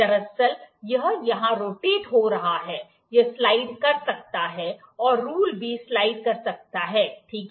दरअसल यह यहां रोटेट हो रहा है यह स्लाइड कर सकता है रूल भी स्लाइड कर सकता है ठीक है